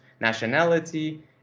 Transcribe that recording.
nationality